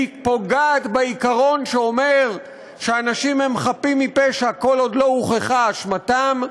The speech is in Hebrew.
היא פוגעת בעיקרון שאומר שאנשים חפים מפשע כל עוד לא הוכחה אשמתם,